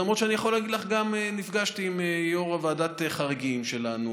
למרות שאני יכול להגיד לך שנפגשתי עם יושב-ראש ועדת חריגים שלנו,